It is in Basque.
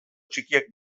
txikiak